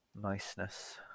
niceness